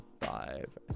five